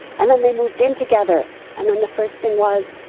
and then they moved in together. and then the first thing was,